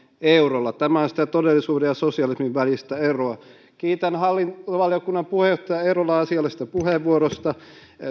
eurolla tämä on sitä todellisuuden ja sosialismin välistä eroa kiitän hallintovaliokunnan puheenjohtaja eerolaa asiallisesta puheenvuorosta